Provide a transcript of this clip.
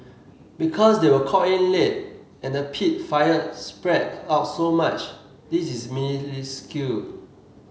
because they were called in late and the peat fire spread out so much this is minuscule